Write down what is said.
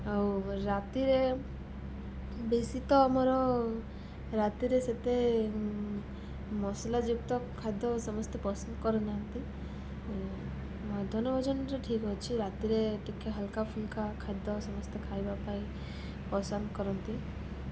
ଆଉ ରାତିରେ ବେଶୀ ତ ଆମର ରାତିରେ ସେତେ ମସଲା ଯୁକ୍ତ ଖାଦ୍ୟ ସମସ୍ତେ ପସନ୍ଦ କରୁନାହାନ୍ତି ମଧ୍ୟାହ୍ନ ଭୋଜନଟା ଠିକ୍ ଅଛି ରାତିରେ ଟିକିଏ ହାଲ୍କା ଫୁଲ୍କା ଖାଦ୍ୟ ସମସ୍ତେ ଖାଇବା ପାଇଁ ପସନ୍ଦ କରନ୍ତି